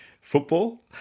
Football